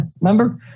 Remember